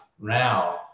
now